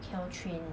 cannot train